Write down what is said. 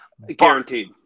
Guaranteed